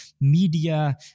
media